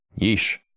yeesh